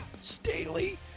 Staley